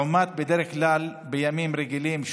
לעומת 800, 700 בדרך כלל, בימים רגילים.